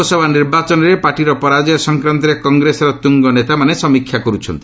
ଲୋକସଭା ନିର୍ବାଚନରେ ପାର୍ଟିର ପରାଜୟ ସଂକ୍ରାନ୍ତରେ କଂଗ୍ରେସର ତୁଙ୍ଗ ନେତାମାନେ ସମୀକ୍ଷା କରୁଛନ୍ତି